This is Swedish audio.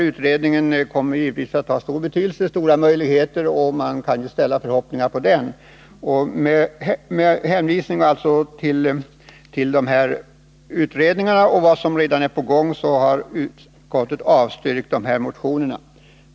Utredningen kommer givetvis att få stor betydelse och ha stora möjligheter. Man kan ställa stora förhoppningar på den. Med hänvisning till att dessa utredningar redan är på gång har utskottet alltså avstyrkt motionerna.